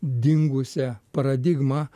dingusią paradigmą